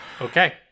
Okay